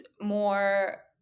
more